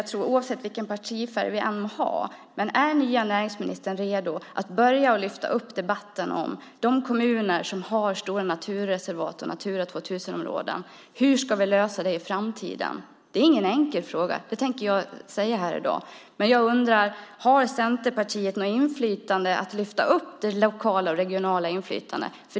Jag tror att den är viktig vilken partifärg vi än må ha. Är näringsministern redo att lyfta upp frågan om de kommuner som har stora naturreservat och Natura 2000-områden? Hur ska vi lösa det i framtiden? Det är ingen enkel fråga, det vill jag säga i dag, men jag undrar: Har Centerpartiet något att säga till om vad gäller att lyfta upp det lokala och regionala inflytandet?